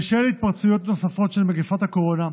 בשל התפרצויות נוספות של מגפת הקורונה,